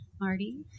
Marty